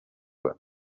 him